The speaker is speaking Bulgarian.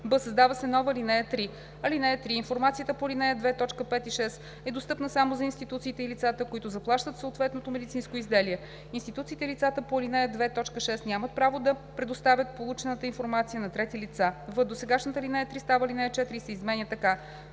б) създава се нова ал. 3: „(3) Информацията по ал. 2, т. 5 и 6 е достъпна само за институциите и лицата, които заплащат съответното медицинско изделие. Институциите и лицата по ал. 2, т. 6 нямат право да предоставят получената информация на трети лица.“; в) досегашната ал. 3 става ал. 4 и се изменя така: